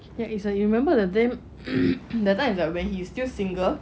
there is a you remember the damn that time when he was still single